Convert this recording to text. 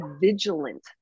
vigilant